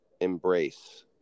embrace